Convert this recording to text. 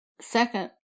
second